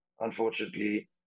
Unfortunately